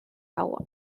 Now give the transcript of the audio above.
agua